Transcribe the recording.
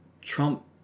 Trump